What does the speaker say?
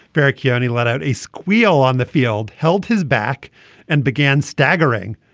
becky only let out a squeal on the field held his back and began staggering.